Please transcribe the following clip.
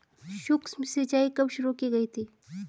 सूक्ष्म सिंचाई कब शुरू की गई थी?